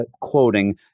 quoting